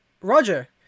Roger